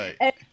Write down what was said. Right